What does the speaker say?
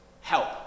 help